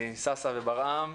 שאשא וברעם,